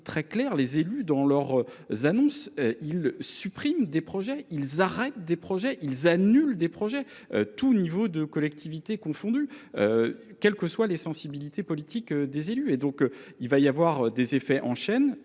les élus dans leurs annonces, ils suppriment des projets, ils arrêtent des projets, ils annulent des projets, tout niveau de collectivité confondu, quelles que soient les sensibilités politiques des élus et donc il va y avoir des effets en chaîne